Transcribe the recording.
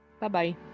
bye-bye